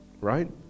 right